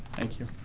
thank you.